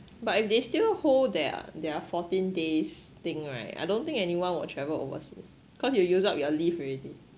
but if they still hold their their fourteen days thing right I don't think anyone will travel overseas cause you use up your leave already